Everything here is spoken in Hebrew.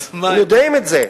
הם יודעים את זה.